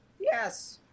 Yes